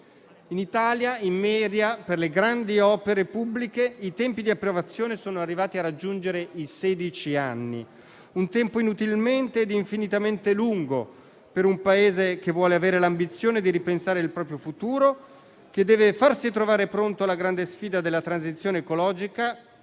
In Italia, in media, per le grandi opere pubbliche i tempi di approvazione sono arrivati a raggiungere i sedici anni, un tempo inutilmente e infinitamente lungo per un Paese che vuole avere l'ambizione di ripensare il proprio futuro e che deve farsi trovare pronto alla grande sfida della transizione ecologica